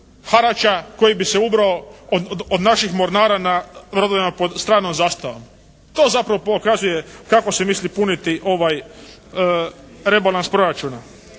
harača koji bi se ubrao od naših mornara na brodovima pod stranom zastavom. To zapravo pokazuje kako se misli puniti ovaj rebalans proračuna.